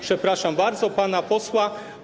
Przepraszam bardzo pana posła.